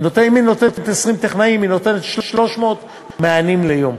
אם היא נותנת 20 טכנאים היא נותנת 300 מענים ליום,